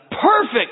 perfect